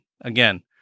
Again